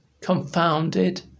confounded